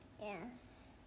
Yes